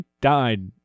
died